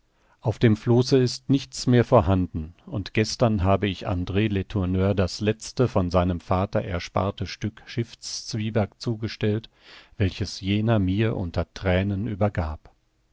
auf dem flosse ist nichts mehr vorhanden und gestern habe ich andr letourneur das letzte von seinem vater ersparte stück schiffszwieback zugestellt welches jener mir unter thränen übergab